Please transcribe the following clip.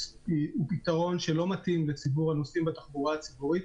הוא פתרון שלא מתאים לציבור הנוסעים בתחבורה הציבורית.